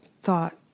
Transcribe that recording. thought